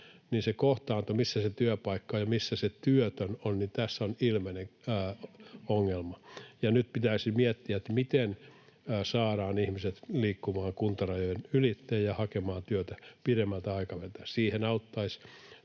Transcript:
niin siinä kohtaannossa, missä on se työpaikkaa ja missä on se työtön, on ilmeinen ongelma. Nyt pitäisi miettiä, miten saadaan ihmiset liikkumaan kuntarajojen ylitse ja hakemaan työtä pidemmältä. Siihen auttaisivat